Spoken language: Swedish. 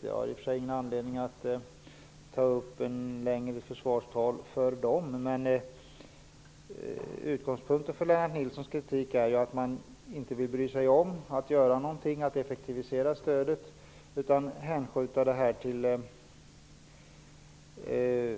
Jag har ingen anledning att hålla ett längre försvarstal för departementet, men utgångspunkten för Lennart Nilssons kritik är ju att departementet inte bryr sig om att effektivisera stödet utan hänskjuter det till